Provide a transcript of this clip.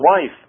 wife